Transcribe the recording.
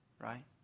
Right